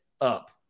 up